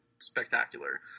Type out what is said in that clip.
spectacular